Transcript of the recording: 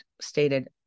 stated